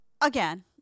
again